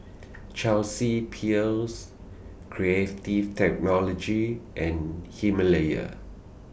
Chelsea Peers Creative Technology and Himalaya